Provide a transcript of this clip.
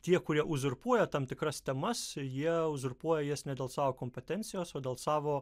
tie kurie uzurpuoja tam tikras temas jie uzurpuoja jas ne dėl savo kompetencijos o dėl savo